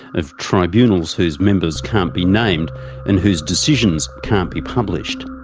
of tribunals whose members can't be named and whose decisions can't be published.